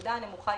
הנקודה הנמוכה